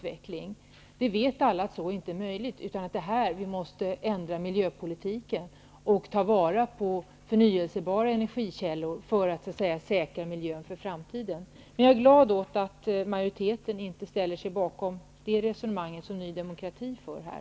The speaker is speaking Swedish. Vi vet alla att så inte är möjligt, utan det är här som miljöpolitiken måste ändras. Förnyelsebara energikällor måste tas till vara för att säkra miljön för framtiden. Jag är glad åt att majoriteten inte ställer sig bakom det resonemang som Ny demokrati för.